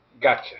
gotcha